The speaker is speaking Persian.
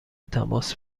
تماس